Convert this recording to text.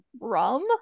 rum